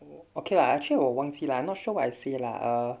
okay lah actually 我忘记 lah not sure what I say lah uh